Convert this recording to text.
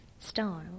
style